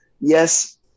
yes